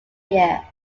year